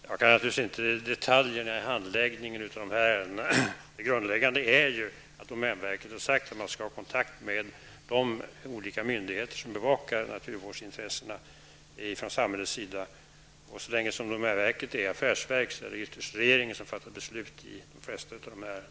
Herr talman! Jag kan naturligvis inte detaljerna i handläggningen av dessa ärenden. Det grundläggande är att domänverket har sagt att man skall ha kontakt med de olika myndigheter som för samhällets räkning bevakar naturvårdsintressena. Så länge som domänverket är ett affärsverk är det ytterst regeringen som fattar beslut i de flesta av dessa ärenden.